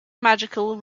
magical